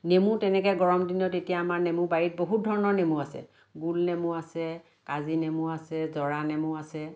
নেমু তেনেকৈ গৰম দিনত এতিয়া আমাৰ নেমু বাৰীত বহুত ধৰণৰ নেমু আছে গোল নেমু আছে কাজি নেমু আছে জৰা নেমু আছে